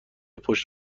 پشت